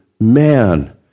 man